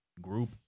group